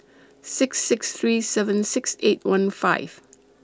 six six three seven six eight one five